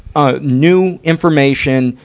ah, new information,